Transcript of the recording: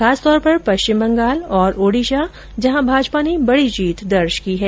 खासकर पश्चिम बंगाल और ओडीशा जहां भाजपा ने बड़ी जीत दर्ज की है